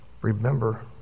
Remember